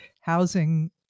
housing